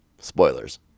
Spoilers